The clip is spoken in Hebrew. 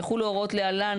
יחולו ההוראות כמפורט להלן,